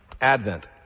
Advent